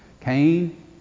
Cain